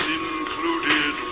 included